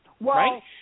Right